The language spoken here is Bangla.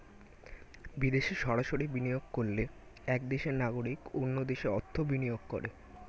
বিদেশে সরাসরি বিনিয়োগ করলে এক দেশের নাগরিক অন্য দেশে অর্থ বিনিয়োগ করে